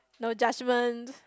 no judgement